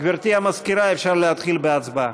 גברתי המזכירה, אפשר להתחיל בהצבעה.